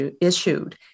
issued